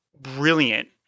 brilliant